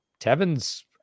Tevin's